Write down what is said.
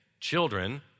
children